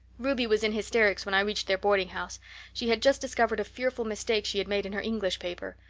ruby was in hysterics when i reached their boardinghouse she had just discovered a fearful mistake she had made in her english paper.